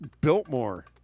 Biltmore